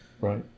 Right